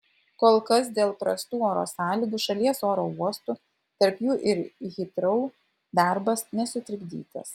kol kas dėl prastų oro sąlygų šalies oro uostų tarp jų ir hitrou darbas nesutrikdytas